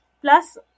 plus